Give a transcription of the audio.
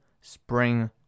spring